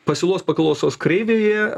pasiūlos paklausos kreivėje